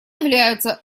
являются